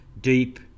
deep